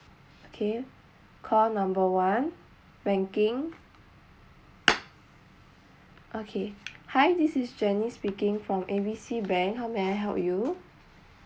okay call number one banking okay hi this is janice speaking from A B C bank how may I help you